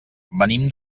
venim